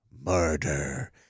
Murder